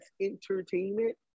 Entertainment